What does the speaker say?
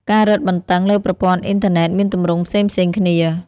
ការរឹតបន្តឹងលើប្រព័ន្ធអ៊ីនធឺណិតមានទម្រង់ផ្សេងៗគ្នា។